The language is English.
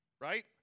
Right